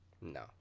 No